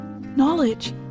Knowledge